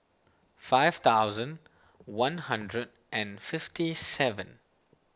five thousand one hundred and fifty seven